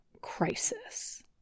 crisis